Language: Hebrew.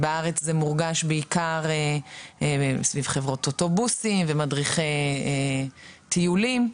בארץ זה מורגש בעיקר סביב חברות אוטובוסים ומדרכי טיולים.